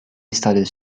studies